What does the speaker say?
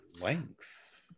length